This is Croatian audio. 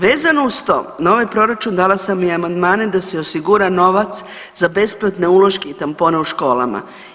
Vezano uz to na ovaj proračun dala sam i amandmane da se osigura novac za besplatne uloške i tampone u školama.